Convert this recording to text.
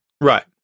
Right